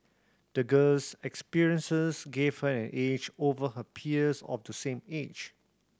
the girl's experiences gave her an edge over her peers of the same age